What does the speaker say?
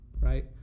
right